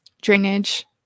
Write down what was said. drainage